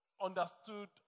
understood